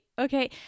Okay